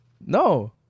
No